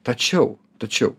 tačiau tačiau